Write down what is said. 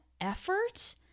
effort